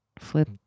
Flip